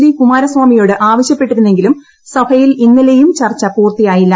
D കുമാരസ്വാമിയോട് ആവശ്യപ്പെട്ടിരുന്നെങ്കിലും സഭയിൽ ഇന്നലേയും ചർച്ച പൂർത്തിയായില്ല